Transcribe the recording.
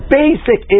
basic